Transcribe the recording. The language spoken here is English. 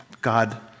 God